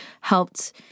helped